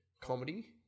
comedy